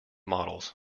models